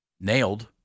nailed